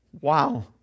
wow